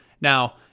Now